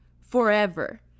forever